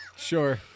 Sure